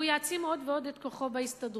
והוא יעצים עוד ועוד את כוחו בהסתדרות.